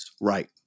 right